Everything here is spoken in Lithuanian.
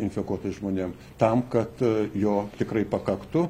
infekuotais žmonėm tam kad jo tikrai pakaktų